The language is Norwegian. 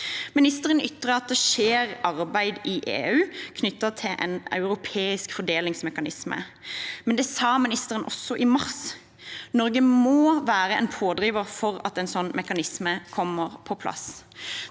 Ministeren ytrer at det skjer arbeid i EU knyttet til en europeisk fordelingsmekanisme, men det sa ministeren også i mars. Norge må være en pådriver for at en slik mekanisme kommer på plass.